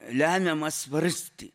lemiamą svarstį